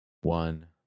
one